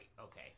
okay